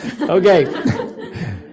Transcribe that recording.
Okay